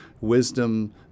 Wisdom